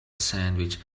sandwich